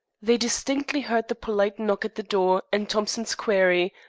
they distinctly heard the polite knock at the door and thompson's query,